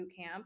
Bootcamp